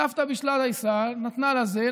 סבתא בישלה דייסה, נתנה לזה,